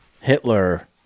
Hitler